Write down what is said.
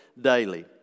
daily